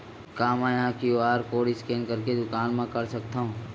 का मैं ह क्यू.आर कोड स्कैन करके दुकान मा कर सकथव?